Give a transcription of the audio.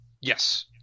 Yes